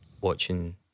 Watching